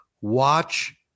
Watch